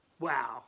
Wow